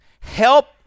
Help